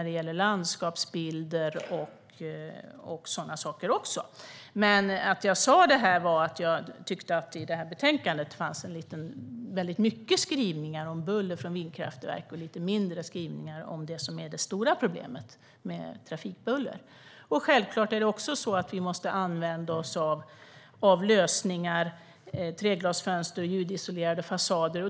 Det gäller landskapsbilder och sådana saker också. Men jag sa det här för att jag tyckte att det i betänkandet fanns väldigt mycket skrivningar om buller från vindkraftverk och lite mindre skrivningar om det som är det stora problemet: trafikbuller. Självklart måste vi använda oss av lösningar som treglasfönster och ljudisolerade fasader.